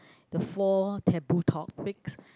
the four taboo topics